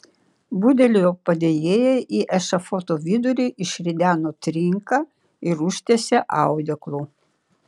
budelio padėjėjai į ešafoto vidurį išrideno trinką ir užtiesė audeklu